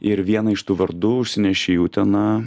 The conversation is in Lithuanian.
ir vieną iš tų vardų užsineši į uteną